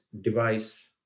device